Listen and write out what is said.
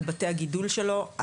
על בתי הגידול שלו,